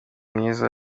mwiza